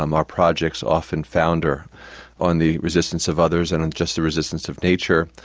um our projects often founder on the resistance of others, and just the resistance of nature.